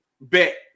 bet